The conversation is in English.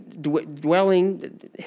dwelling